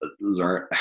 learn